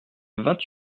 vingt